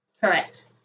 Correct